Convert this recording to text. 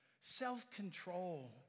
self-control